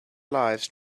lives